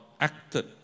acted